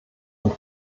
und